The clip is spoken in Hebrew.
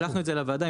שלחנו את זה לוועדה,